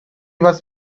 was